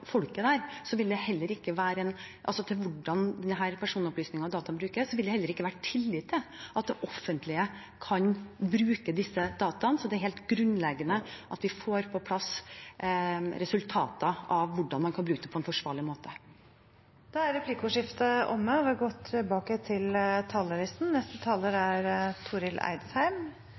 det ikke er tillit i folket til hvordan personopplysningene og dataene brukes, vil det heller ikke være tillit til at det offentlige kan bruke disse dataene. Så det er helt grunnleggende at vi får på plass resultater for hvordan man kan bruke det på en forsvarlig måte. Replikkordskiftet er omme.